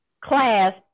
class